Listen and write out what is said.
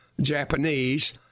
Japanese